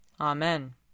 Amen